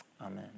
Amen